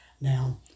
Now